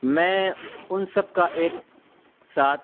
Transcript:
میں ان سب کا ایک ساتھ